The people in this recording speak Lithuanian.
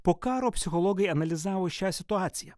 po karo psichologai analizavo šią situaciją